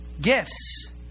gifts